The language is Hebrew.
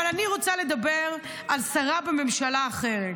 אבל אני רוצה לדבר על שרה בממשלה, אחרת.